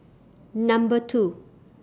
Number two